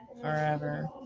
forever